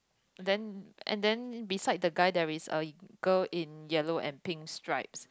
then and then beside the guy there is a girl in yellow and pink stripes